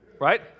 right